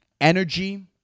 energy